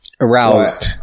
aroused